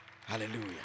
Hallelujah